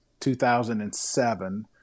2007